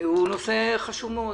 הוא נושא חשוב מאוד.